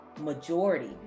majority